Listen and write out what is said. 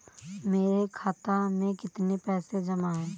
मेरे खाता में कितनी पैसे जमा हैं?